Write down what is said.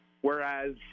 whereas